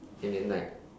and then like